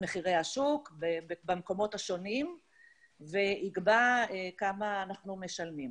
מחירי השוק במקומות השונים ויקבע כמה אנחנו משלמים.